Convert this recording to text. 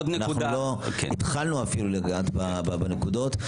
לא התחלנו אפילו לגעת בנקודות,